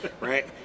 right